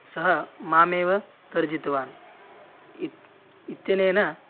सः मामेव तर्जितवान् इति इत्यनेन